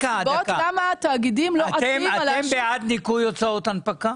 שהסיבות למה התאגידים לא עפים --- אתם בעד ניכוי הוצאות הנפקה?